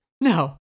no